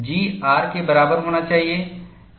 G R के बराबर होना चाहिए